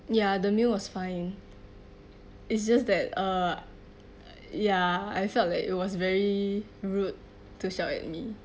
ya the meal was fine it's just that uh ya I felt like it was very rude to shout at me